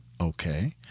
Okay